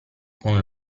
con